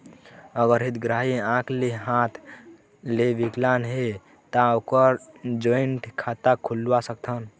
अगर हितग्राही आंख ले हाथ ले विकलांग हे ता ओकर जॉइंट खाता खुलवा सकथन?